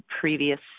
previous